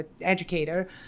educator